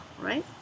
right